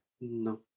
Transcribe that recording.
No